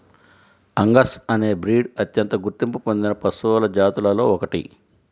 Angus అనే breed అత్యంత గుర్తింపు పొందిన పశువుల జాతులలో ఒకటి